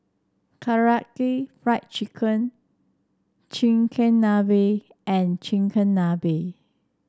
Karaage Fried Chicken Chigenabe and Chigenabe